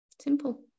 Simple